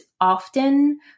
Often